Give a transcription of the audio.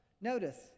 Notice